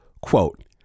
Quote